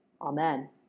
Amen